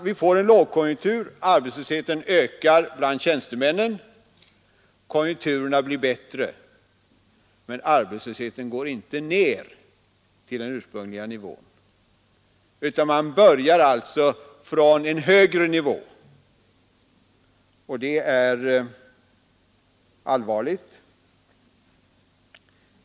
Vi får en lågkonjunktur, arbetslösheten bland tjänstemännen ökar; konjunkturerna blir bättre men arbetslösheten går inte ned till den ursprungliga nivån, utan man börjar alltså från en högre nivå. Det är allvarligt.